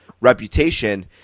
reputation